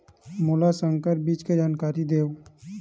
मोला संकर बीज के जानकारी देवो?